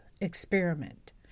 experiment